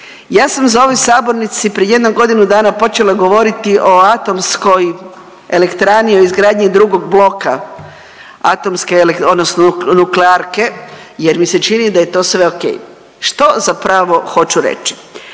Ja sam za ovoj sabornici prije jedno godinu dana počela govoriti o atomskoj elektrani o izgradnji drugog bloka atomske odnosno nuklearke jer mi se čini da je to sve ok. Što zapravo hoću reći?